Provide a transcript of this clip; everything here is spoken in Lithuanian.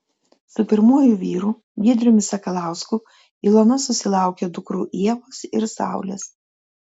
su pirmuoju vyru giedriumi sakalausku ilona susilaukė dukrų ievos ir saulės